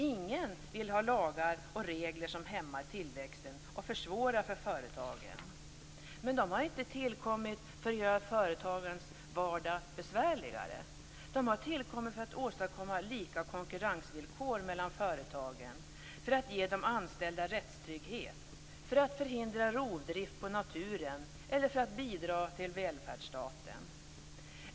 Ingen vill ha lagar och regler som hämmar tillväxten och försvårar för företagen. Men de har inte tillkommit för att göra företagarens vardag besvärligare. De har tillkommit för att åstadkomma lika konkurrensvillkor för företagen, för att ge de anställda rättstrygghet, för att förhindra rovdrift på naturen och för att bidra till välfärdsstaten.